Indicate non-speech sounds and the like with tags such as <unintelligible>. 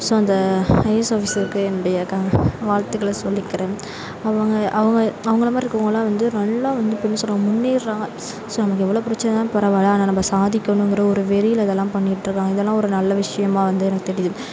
so அந்த IAS ஆஃபீஸருக்கு என்னுடைய வாழ்த்துக்கள சொல்லிக்கிறேன் அவங்க அவங்க அவங்கள மாதிரி இருக்கறவங்கள்லாம் வந்து நல்லா வந்து இப்போ என்ன சொல் <unintelligible> முன்னேறுறாங்க ஸோ நமக்கு எவ்வளோ பிரச்சனை இருந்தாலும் பரவாயில்லை ஆனால் நம்ப சாதிக்கணும்கிற ஒரு வெறியில் இதெலாம் பண்ணிகிட்ருக்காங்க இதெலாம் ஒரு நல்ல விஷயமாக வந்து எனக்கு தெரியுது